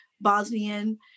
Bosnian